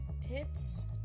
Tits